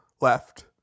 left